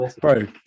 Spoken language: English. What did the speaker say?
bro